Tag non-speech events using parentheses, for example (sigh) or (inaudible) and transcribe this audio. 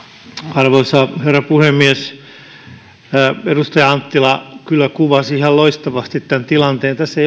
arvoisa herra puhemies edustaja anttila kyllä kuvasi ihan loistavasti tämän tilanteen tässä (unintelligible)